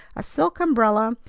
a silk umbrella,